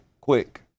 quick